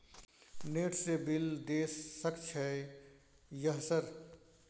Net से bill देश सक छै यह सर?